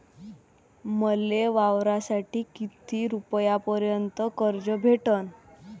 मले वावरासाठी किती रुपयापर्यंत कर्ज भेटन?